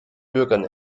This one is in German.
bürgern